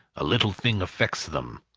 a little thing affects them.